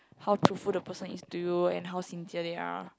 how truthful the person is to you and how sincere they are